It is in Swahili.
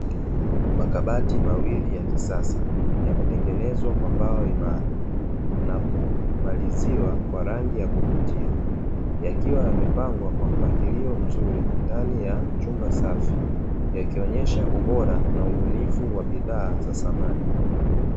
Makabati mawili ya kisasa yametengenezwa kwa mbao imara na kumaliza kwa rangi ya kuvutia, yakiwa yamepangwa kwa mpangilio mzuri ndani ya chumba safi, yakionyesha ubora na ubunifu wa bidhaa za samani.